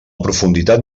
profunditat